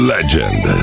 Legend